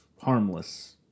harmless